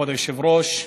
כבוד היושב-ראש,